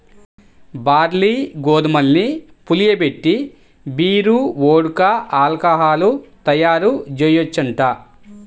barley, గోధుమల్ని పులియబెట్టి beer, vodka, alcohol తయ్యారుజెయ్యొచ్చంట